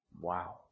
wow